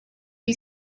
you